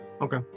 Okay